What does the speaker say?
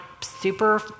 super